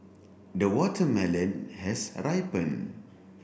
the watermelon has ripen